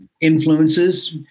influences